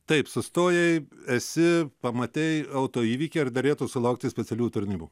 taip sustojai esi pamatei autoįvykį ar derėtų sulaukti specialiųjų tarnybų